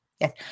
yes